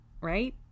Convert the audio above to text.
right